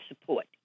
support